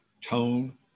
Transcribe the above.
tone